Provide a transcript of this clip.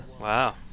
Wow